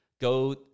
go